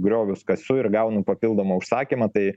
griovius kasu ir gaunu papildomą užsakymą tai